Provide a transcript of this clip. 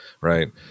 right